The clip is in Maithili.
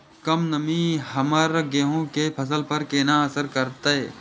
कम नमी हमर गेहूँ के फसल पर केना असर करतय?